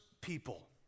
people